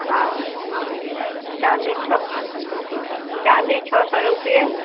हँ चाँदी छओ चाँदी छओ सओ रुपैए